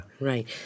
Right